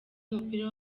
w’umupira